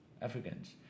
Africans